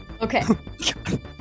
Okay